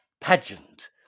pageant